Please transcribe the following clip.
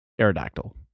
Aerodactyl